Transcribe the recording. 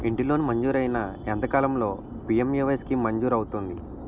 ఇంటి లోన్ మంజూరైన ఎంత కాలంలో పి.ఎం.ఎ.వై స్కీమ్ మంజూరు అవుతుంది?